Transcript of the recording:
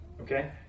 Okay